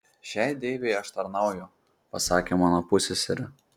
šiai deivei aš tarnauju pasakė mano pusseserė